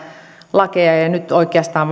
lakeja ja ja nyt oikeastaan